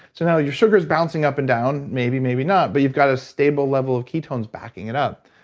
so now your sugar's bouncing up and down, maybe, maybe not, but you've got a stable level of ketones backing it up.